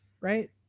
right